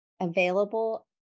available